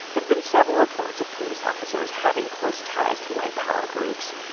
there have been several reports of police officers having close ties to white power groups,